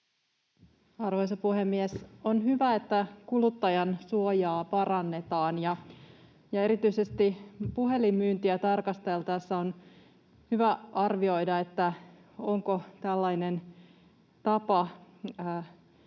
Arvoisa puhemies! On hyvä, että kuluttajansuojaa parannetaan. Erityisesti puhelinmyyntiä tarkasteltaessa on hyvä arvioida, onko tällainen tapa